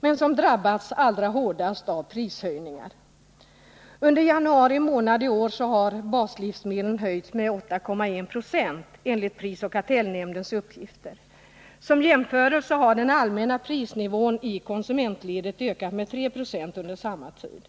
men som drabbats allra hårdast av prishöjningar. Under januari månad i år har priserna på baslivsmedlen höjts med 8,1 96 enligt prisoch kartellnämndens uppgifter. Som jämförelse kan nämnas att den allmänna prisnivån i konsumentledet har ökat med 3 20 under samma tid.